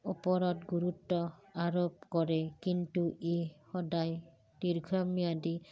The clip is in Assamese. ওপৰত গুৰুত্ব আৰোপ কৰে কিন্তু ই সদায় দীৰ্ঘম্যাদী